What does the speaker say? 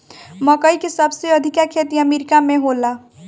मकई के सबसे अधिका खेती अमेरिका में होला